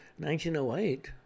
1908